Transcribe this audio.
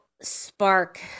spark